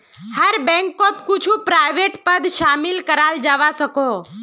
हर बैंकोत कुछु प्राइवेट पद शामिल कराल जवा सकोह